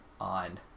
on